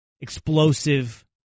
explosive